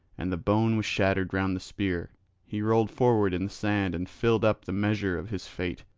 and the bone was shattered round the spear he rolled forward in the sand and filled up the measure of his fate.